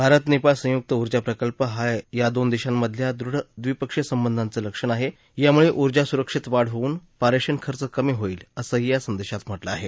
भारत नेपाळ संयुक्त ऊर्जा प्रकल्प हा या दोन देशांमधल्या दृढ द्विपक्षीय संबंधांचं लक्षण आहे यामुळे ऊर्जा सुरक्षेत वाढ होऊन पारेषण खर्च कमी होईल असंही या संदेशात म्हा ठिं आहे